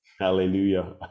hallelujah